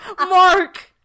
Mark